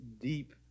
deep